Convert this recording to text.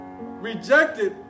rejected